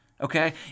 okay